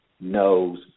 knows